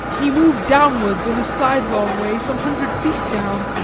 he moved downwards in a sidelong way, some hundred feet down,